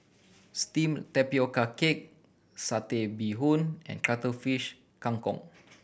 steamed tapioca cake Satay Bee Hoon and Cuttlefish Kang Kong